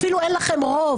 אפילו אין לכם רוב.